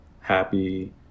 happy